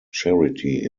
charity